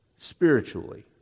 spiritually